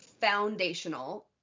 foundational